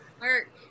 Work